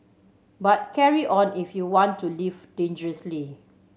but carry on if you want to live dangerously